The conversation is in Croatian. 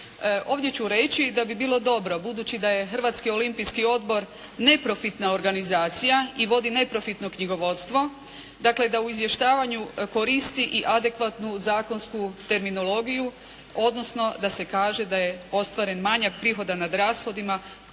Ovdje ću reći da bi bilo dobro, budući da je Hrvatski olimpijski odbor neprofitna organizacija i vodi neprofitno knjigovodstvo, dakle da u izvještavanju koristi i adekvatnu zakonsku terminologiju, odnosno da se kaže da je ostvaren manjak prihoda nad rashodima,